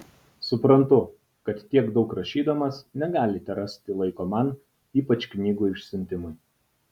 suprantu kad tiek daug rašydamas negalite rasti laiko man ypač knygų išsiuntimui